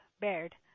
Baird